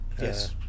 Yes